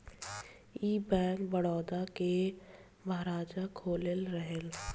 ई बैंक, बड़ौदा के महाराजा खोलले रहले